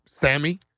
Sammy